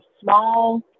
small